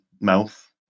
mouth